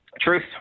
truth